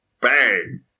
bang